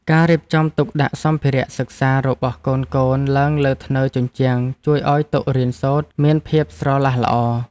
ការរៀបចំទុកដាក់សម្ភារៈសិក្សារបស់កូនៗឡើងលើធ្នើរជញ្ជាំងជួយឱ្យតុរៀនសូត្រមានភាពស្រឡះល្អ។